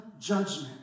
judgment